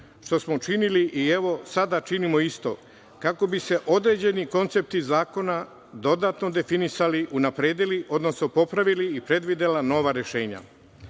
što smo učinili i evo sada činimo isto kako bi se određeni koncepti zakona dodatno definisali, unapredili, odnosno popravili i predvidela nova rešenja. Opšti